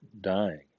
dying